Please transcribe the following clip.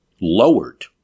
lowered